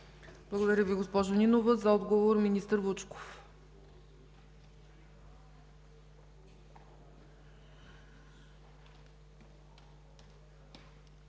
Благодаря, госпожо Нинова. За отговор – министър Вучков.